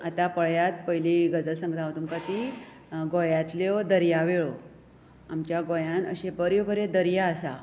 आतां पळयात पयली गजाल सांगता हांव तुमकां ती गोंयातल्यो दर्या वेळो आमच्या गोंयांत अश्यो बऱ्यो बऱ्यो दर्या आसा